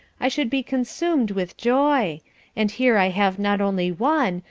i should be consumed with joy and here i have not only one,